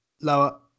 Lower